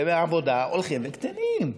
ומעבודה, הולכים וקטנים?